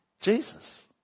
Jesus